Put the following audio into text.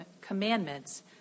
commandments